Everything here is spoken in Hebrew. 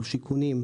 שיכונים,